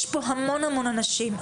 יש פה המון אנשים,